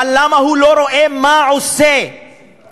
אבל למה הוא לא רואה מה הצבא עושה בגדה?